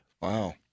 Wow